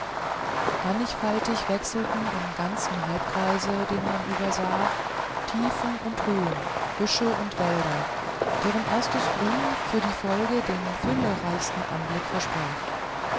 mannigfaltig wechselten im ganzen halbkreise den man übersah tiefen und höhen büsche und wälder deren erstes grün für die folge den füllereichsten anblick versprach